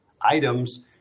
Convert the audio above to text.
items